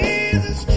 Jesus